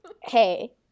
Hey